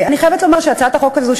אני חייבת לומר שהצעת החוק הזאת,